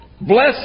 Bless